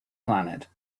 planet